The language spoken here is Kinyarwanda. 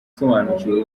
usobanukiwe